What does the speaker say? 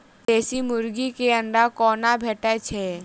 देसी मुर्गी केँ अंडा कोना भेटय छै?